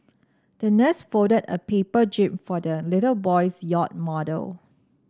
the nurse folded a paper jib for the little boy's yacht model